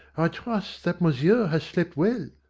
i trust that monsieur has slept well.